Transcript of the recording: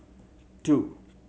two